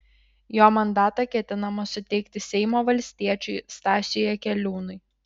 jo mandatą ketinama suteikti seimo valstiečiui stasiui jakeliūnui